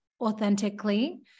authentically